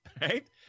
right